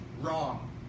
wrong